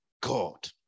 God